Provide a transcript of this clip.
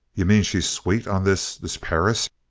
you mean she's sweet on this this perris?